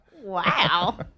Wow